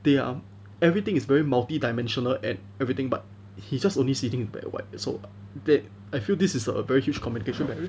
they are everything is very multi dimensional and everything but he just only see thing black and white lah so that I feel this is a very huge communication barrier